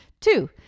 two